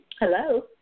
Hello